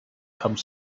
come